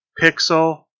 Pixel